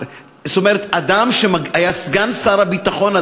אדם שהיה סגן שר הביטחון.